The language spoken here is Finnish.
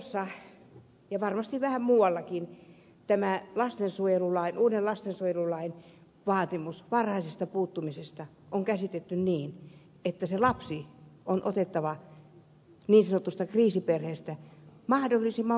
oulussa ja varmasti vähän muuallakin tämän uuden lastensuojelulain vaatimus varhaisesta puuttumisesta on käsitetty niin että lapsi on otettava niin sanotusta kriisiperheestä mahdollisimman varhain pois